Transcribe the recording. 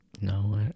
No